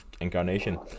incarnation